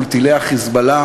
מול טילי ה"חיזבאללה",